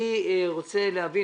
אני רוצה להבין.